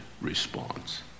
response